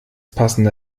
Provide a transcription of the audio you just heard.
passende